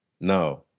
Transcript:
No